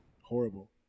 Horrible